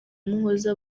muhoza